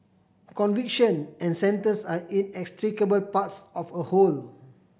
conviction and sentence are inextricable parts of a whole